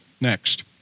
Next